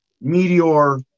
meteor